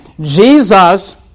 Jesus